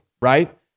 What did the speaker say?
right